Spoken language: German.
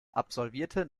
absolvierte